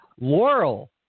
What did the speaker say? Laurel